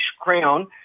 Crown